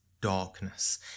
darkness